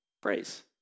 praise